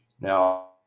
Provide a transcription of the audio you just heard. now